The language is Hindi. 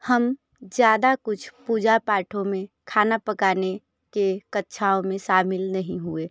हम ज़्यादा कुछ पूजा पाठों में खाना पकाने के कक्षाओं में शामिल नहीं हुए